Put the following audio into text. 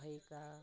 मा भएका